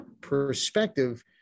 perspective